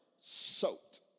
soaked